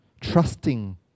trusting